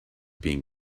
being